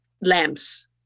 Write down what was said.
lamps